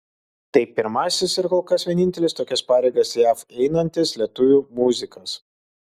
tai pirmasis ir kol kas vienintelis tokias pareigas jav einantis lietuvių muzikas